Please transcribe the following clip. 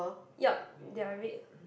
yup they are red